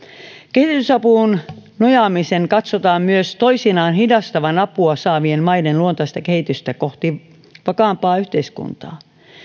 kehitysapuun nojaamisen katsotaan myös toisinaan hidastavan apua saavien maiden luontaista kehitystä kohti vakaampaa yhteiskuntaa